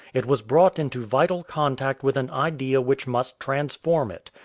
it was brought into vital contact with an idea which must transform it,